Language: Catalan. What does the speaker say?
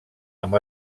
amb